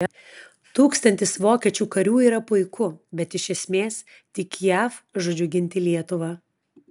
tūkstantis vokiečių karių yra puiku bet iš esmės tik jav žodžiu ginti lietuvą